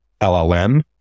LLM